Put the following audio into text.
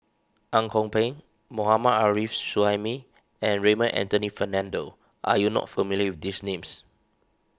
Ang Kok Peng Mohammad Arif Suhaimi and Raymond Anthony Fernando are you not familiar with these names